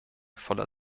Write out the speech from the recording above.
voller